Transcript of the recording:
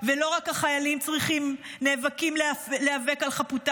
ולא רק החיילים נאבקים להיאבק על חפותם,